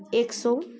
एक सौ